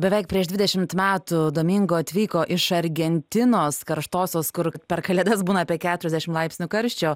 beveik prieš dvidešimt metų domingo atvyko iš argentinos karštosios kur per kalėdas būna apie keturiasdešim laipsnių karščio